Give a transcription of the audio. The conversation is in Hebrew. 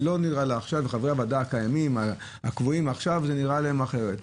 חברי הוועדה הקיימים, הקבועים זה נראה להם אחרת.